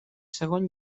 segon